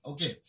Okay